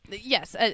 yes